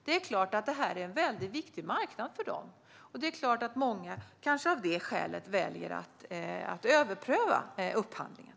Det är klart att detta är en väldigt viktig marknad för dem, och det är klart att många av det skälet kanske väljer att låta överpröva upphandlingen.